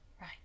Right